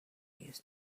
used